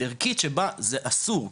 ערכית שבה זה אסור,